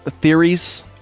theories